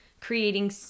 creating